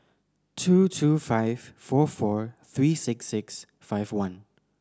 two two five four four three six six five one